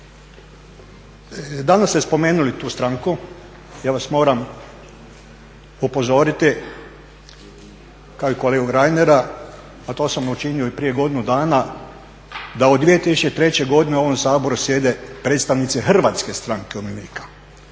Danas ste spomenuli tu stranku i ja vas moram upozoriti kao i kolegu Reinera, a to sam učinio i prije godinu dana da od 2003.godine u ovom Saboru sjede predstavnici Hrvatske stranke umirovljenika.